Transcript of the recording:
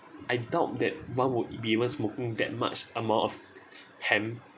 I doubt that one would be even smoking that much amount of hemp